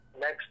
next